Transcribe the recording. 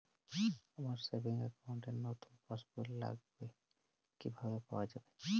আমার savings account র নতুন পাসবই লাগবে কিভাবে পাওয়া যাবে?